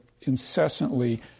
incessantly